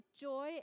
joy